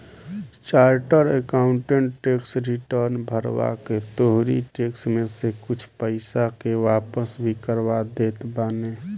charter accountant tax return भरवा के तोहरी टेक्स में से कुछ पईसा के वापस भी करवा देत बाने